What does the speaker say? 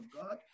God